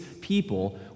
people